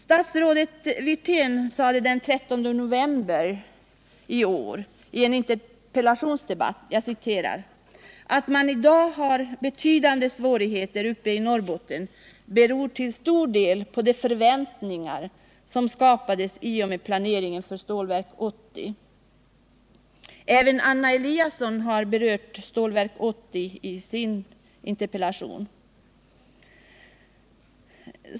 Statsrådet Wirtén sade den 13 november i år vid en interpellationsdebatt: ”Att man i dag har en så betydande svårighet uppe i Norrbottens län beror till stor del på de förväntningar som skapades i och med planeringen för Stålverk 80 ---.” Även Anna Eliasson har berört Stålverk 80.